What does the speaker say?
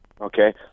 Okay